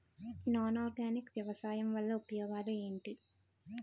Non organic వ్యవసాయం వల్ల ఉపయోగాలు ఏంటీ?